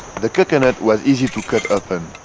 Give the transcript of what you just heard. the coconut was easy to cut open.